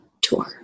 tour